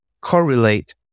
correlate